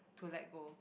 to let go